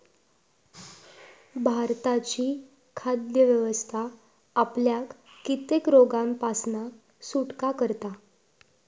भारताची खाद्य व्यवस्था आपल्याक कित्येक रोगांपासना सुटका करता